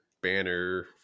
banner